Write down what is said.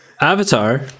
Avatar